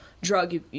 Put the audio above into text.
drug